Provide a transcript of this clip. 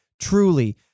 truly